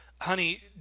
honey